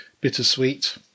bittersweet